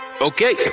Okay